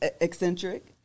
eccentric